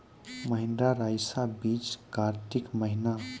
महिंद्रा रईसा बीज कार्तिक महीना?